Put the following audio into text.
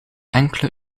enkele